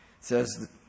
says